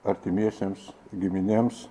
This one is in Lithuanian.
artimiesiems giminėms